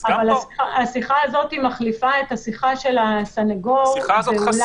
אז גם פה --- השיחה הזאת מחליפה את השיחה של הסנגור באולם בית המשפט.